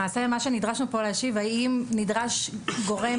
למעשה נדרשנו כאן להשיב האם נדרש גורם